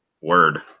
Word